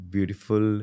Beautiful